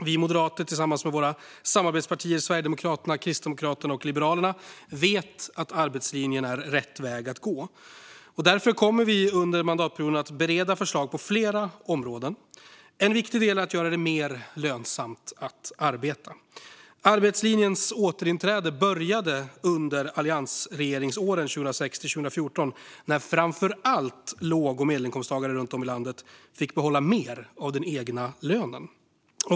Vi moderater, tillsammans med våra samarbetspartier Sverigedemokraterna, Kristdemokraterna och Liberalerna, vet att arbetslinjen är rätt väg att gå. Därför kommer vi under mandatperioden att bereda förslag på flera områden. En viktig del är att göra det mer lönsamt att arbeta. Arbetslinjens återinträde påbörjades under alliansregeringsåren 2006-2014 när framför allt låg och medelinkomsttagare runt om i landet fick behålla mer av den egna lönen.